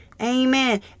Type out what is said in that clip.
Amen